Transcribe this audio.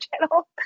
channel